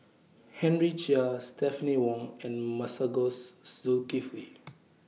Henry Chia Stephanie Wong and Masagos Zulkifli